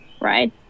right